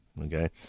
Okay